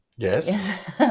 Yes